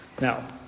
Now